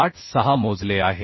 86 मोजले आहे